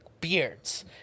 beards